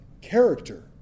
character